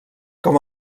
com